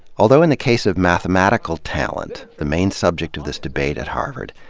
although in the case of mathematical talent, the main subject of this debate at harvard,